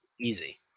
easy